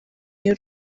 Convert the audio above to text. y’u